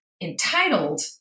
entitled